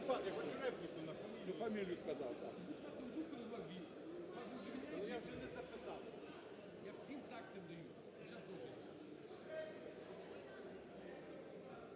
Дякую.